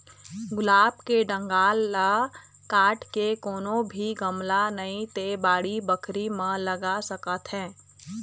गुलाब के डंगाल ल काट के कोनो भी गमला नइ ते बाड़ी बखरी म लगा सकत हे